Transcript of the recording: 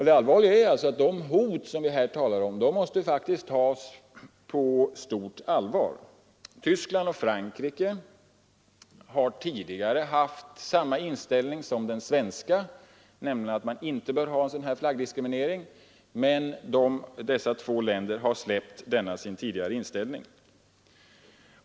Det finns mycket som tyder på att hotet mot vår sjöfart måste tas på stort allvar. Tyskland och Frankrike har tidigare haft samma uppfattning som vi, nämligen att man inte bör ha någon flaggdiskriminering, men dessa två länder har nu släppt denna sin tidigare inställning.